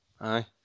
Aye